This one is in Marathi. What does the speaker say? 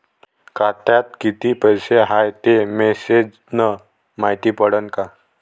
खात्यात किती पैसा हाय ते मेसेज न मायती पडन का?